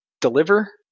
deliver